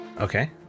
Okay